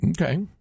Okay